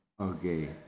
okay